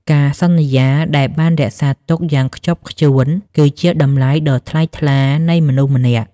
ការសន្យាដែលបានរក្សាទុកយ៉ាងខ្ជាប់ខ្ជួន គឺជាតម្លៃដ៏ថ្លៃថ្លានៃមនុស្សម្នាក់។